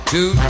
Two